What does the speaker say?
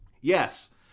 Yes